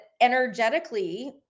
energetically